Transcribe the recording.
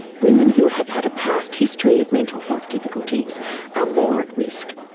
women who have had a past history of mental health difficulties are more at risk,